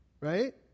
right